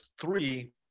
three